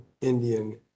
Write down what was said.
Indian